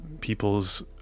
people's